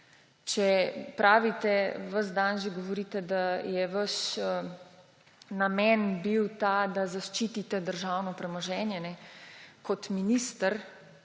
Pravite, ves dan že govorite, da je bil vaš namen ta, da zaščitite državno premoženje. Kot minister